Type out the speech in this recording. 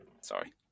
Sorry